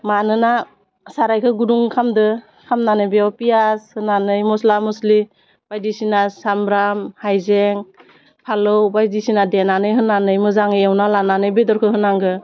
मानोना साराइखौ गुदुं खालामदो खामनानै बेयाव पियास होनानै मस्ला मस्लि बायदिसिना सामब्राम हाइजें फालौ बायदिसिना देनानै होनानै मोजाङै एवना लानानै बेदरखौ होनांगौ